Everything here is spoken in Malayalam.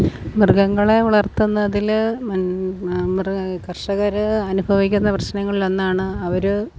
മൃഗങ്ങളെ വളർത്തുന്നതിൽ കർഷകർ അനുഭവിക്കുന്ന പ്രശ്നങ്ങളിലൊന്നാണ് അവർ